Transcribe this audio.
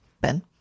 Ben